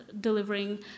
delivering